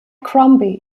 crombie